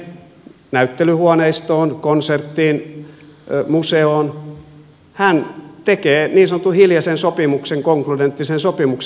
kun ihminen menee näyttelyhuoneistoon konserttiin museoon hän tekee niin sanotun hiljaisen sopimuksen konkludenttisen sopimuksen